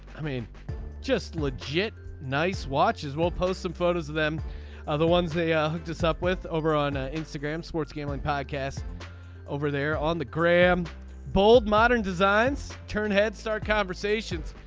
i mean just legit nice watches we'll post some photos of them other ones they yeah hooked us up with over on ah instagram sports gambling podcast over there on the gram bold modern designs turn head start conversations.